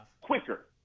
quicker